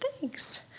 Thanks